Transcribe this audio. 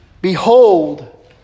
Behold